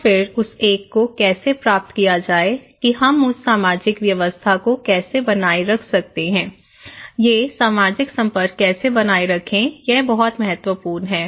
तो फिर उस एक को कैसे प्राप्त किया जाए कि हम उस सामाजिक व्यवस्था को कैसे बनाए रख सकते हैं ये सामाजिक संपर्क कैसे बनाए रखें यह बहुत महत्वपूर्ण है